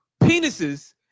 penises